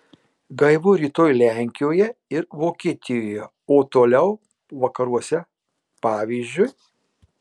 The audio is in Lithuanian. gaivu rytoj lenkijoje ir vokietijoje o toliau vakaruose pavyzdžiui